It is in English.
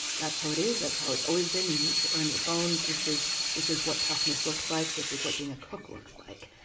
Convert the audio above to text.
that's how it is. that's how it's always been. you need to earn your bones. this is this is what toughness looks like. this is what being a cook looks like.